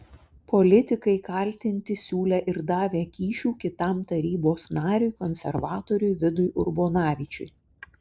politikai kaltinti siūlę ir davę kyšių kitam tarybos nariui konservatoriui vidui urbonavičiui